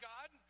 God